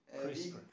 CRISPR